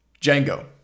Django